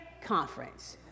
conference